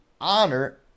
honor